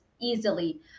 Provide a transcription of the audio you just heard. easily